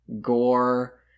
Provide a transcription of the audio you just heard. gore